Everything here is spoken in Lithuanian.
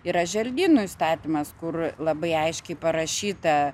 yra želdynų įstatymas kur labai aiškiai parašyta